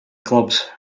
clubs